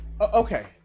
Okay